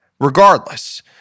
regardless